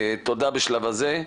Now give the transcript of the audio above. תודה בשלב זה.